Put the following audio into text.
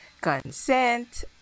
consent